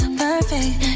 perfect